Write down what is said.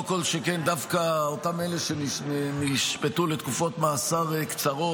לא כל שכן דווקא אותם אלה שנשפטו לתקופות מאסר קצרות.